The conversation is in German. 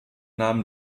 nahm